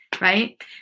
Right